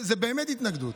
זאת באמת התנגדות,